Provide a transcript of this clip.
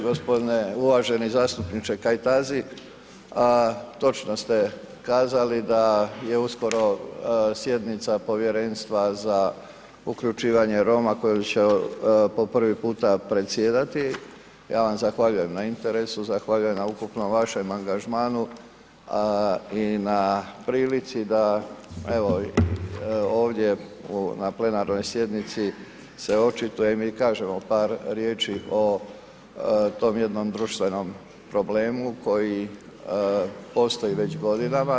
Gospodine uvaženi zastupniče Kajtazi točno ste kazali da je uskoro sjednica Povjerenstva za uključivanje Roma koji će po prvi puta predsjedati, ja vam zahvaljujem na interesu, zahvaljujem na ukupnom vašem angažmanu i na prilici da evo ovdje na plenarnoj sjednici se očitujem i kažemo par riječi o tom jednom društvenom problemu koji postoji već godinama.